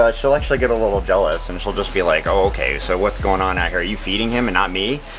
she'll actually get a little jealous, and she'll just be like oh okay so what's going on out here, are you feeding him and not me?